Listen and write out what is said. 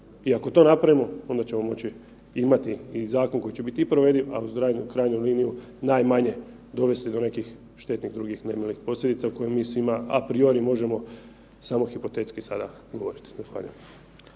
i ako to napravimo onda ćemo imati zakon koji će biti i provediv, a u krajnjoj liniji najmanje dovesti do nekih štetnih drugih nemilih posljedica o kojima mi svima a priori možemo samo hipotetski sada govoriti.